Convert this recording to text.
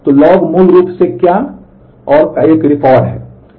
तो लॉग मूल रूप से क्या और का एक रिकॉर्ड है